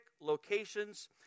locations